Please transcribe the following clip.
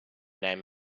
name